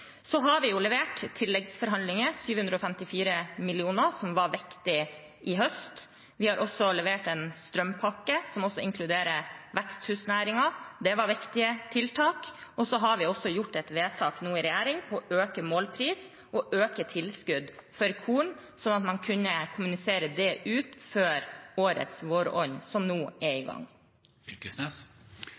har også levert 754 mill. kr i forbindelse med tilleggsforhandlingene, som var viktig i høst. Vi har levert en strømpakke som inkluderer veksthusnæringen. Det var viktige tiltak. Vi har også gjort et vedtak i regjeringen om å øke målpris og tilskudd for korn, slik at man kunne kommunisere det ut før årets våronn, som nå er i